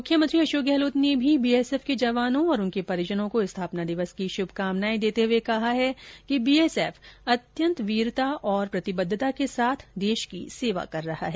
मुख्यमंत्री अशोक गहलोत ने भी बीएसएफ के जवानों और उनके परिजनों को स्थापना दिवस की शुभकामनाएं देते हए कहा कि बीएसएफ अत्यंन वीरता और प्रतिबद्धता के साथ देश की सेवा कर रहा है